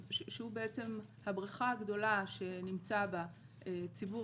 שהוא בעצם הבריכה הגדולה שנמצא בה ציבור